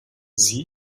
sie